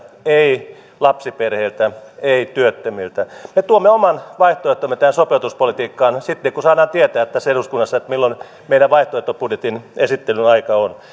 ei lapsiperheiltä ei työttömiltä me tuomme oman vaihtoehtomme tähän sopeutuspolitiikkaan sitten kun saadaan tietää tässä eduskunnassa milloin meidän vaihtoehtobudjettimme esittelyn aika on